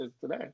today